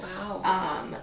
Wow